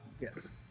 yes